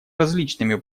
различными